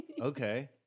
Okay